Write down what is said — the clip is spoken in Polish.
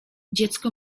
dziecko